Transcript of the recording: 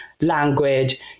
language